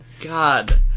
God